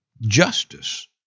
justice